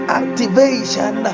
activation